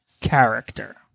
character